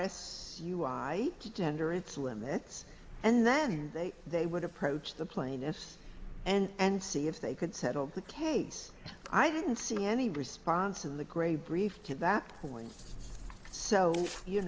us u i to tender its limits and then they they would approach the plaintiffs and see if they could settle the case i didn't see any response in the gray brief to that point so you